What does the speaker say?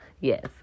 Yes